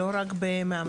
לא רק במאמנים.